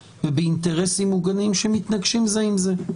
ובאינטרסים מוגנים שמתנגשים זה עם זה,